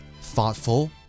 thoughtful